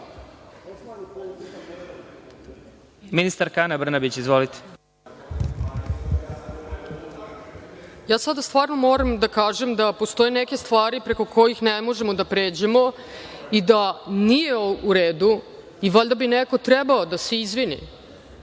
Izvolite. **Ana Brnabić** Ja sada stvarno moram da kažem da postoje neke stvari preko kojih ne možemo da pređemo i da nije u redu i valjda bi neko trebao da se izvini